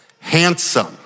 handsome